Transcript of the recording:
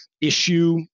issue